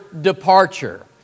departure